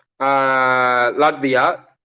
Latvia